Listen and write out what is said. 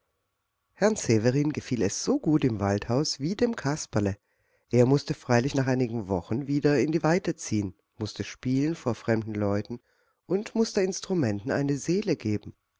herrn severin gefiel es so gut im waldhaus wie dem kasperle er mußte freilich nach einigen wochen wieder in die weite ziehen mußte spielen vor fremden leuten und mußte instrumenten eine seele geben